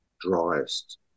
driest